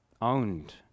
Owned